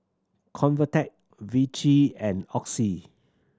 Convatec Vichy and Oxy